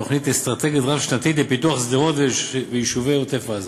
תוכנית אסטרטגית רב-שנתית לפיתוח שדרות ויישובי עוטף-עזה.